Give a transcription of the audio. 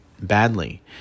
badly